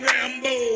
Rambo